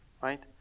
right